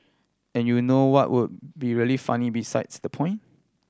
and you know what would be really funny besides the point